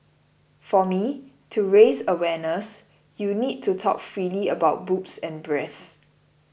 for me to raise awareness you need to talk freely about boobs and breasts